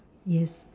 yes